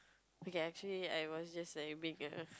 okay actually I was just like being a